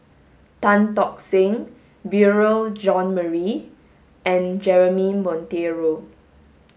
Tan Tock Seng Beurel John Marie and Jeremy Monteiro